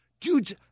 dudes